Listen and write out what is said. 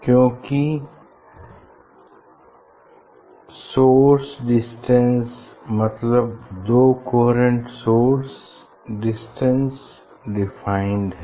क्यों कि source distance मतलब दो कोहेरेंट सोर्स डिस्टेंस डिफाइंड है